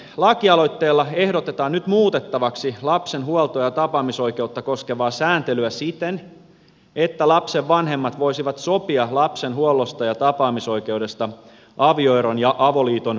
lakialoitteella ehdotetaan nyt muutettavaksi lapsen huoltoa ja tapaamisoikeutta koskevaa sääntelyä siten että lapsen vanhemmat voisivat sopia lapsen huollosta ja tapaamisoikeudesta avioeron ja avoliiton purkautumisen varalta